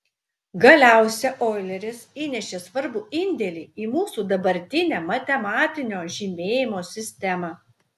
galiausia oileris įnešė svarbų indėlį į mūsų dabartinę matematinio žymėjimo sistemą